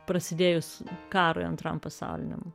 prasidėjus karui antram pasauliniam